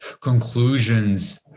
conclusions